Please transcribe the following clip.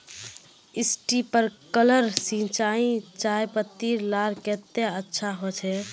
Sprinkler सिंचाई चयपत्ति लार केते अच्छा होचए?